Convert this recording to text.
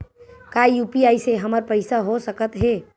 का यू.पी.आई से हमर पईसा हो सकत हे?